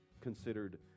considered